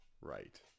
right